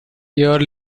year